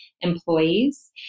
employees